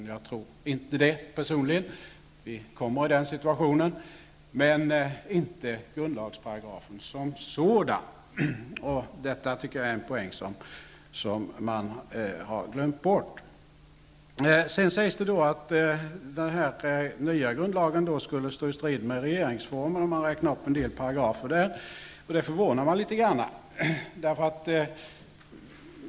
Personligen tror jag dock inte att vi kommer i den situationen. Det gäller inte grundlagsparagrafen som sådan. Detta är en poäng som har glömts bort. Sedan sägs att den nya grundlagen skulle strida mot regeringsformen. Man räknar upp en del paragrafer i regeringsformen. Det förvånar mig litet.